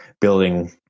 building